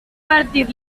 patir